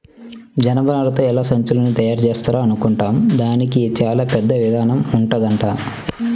జనపనారతో ఎలా సంచుల్ని తయారుజేత్తారా అనుకుంటాం, దానికి చానా పెద్ద ఇదానం ఉంటదంట